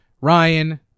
Ryan